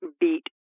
beat